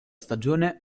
stagione